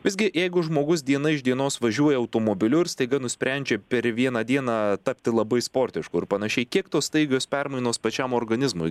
visgi jeigu žmogus diena iš dienos važiuoja automobiliu ir staiga nusprendžia per vieną dieną tapti labai sportišku ir panašiai kiek tos staigios permainos pačiam organizmui